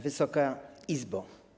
Wysoka Izbo!